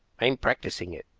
i'm practicing it.